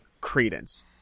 credence